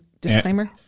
Disclaimer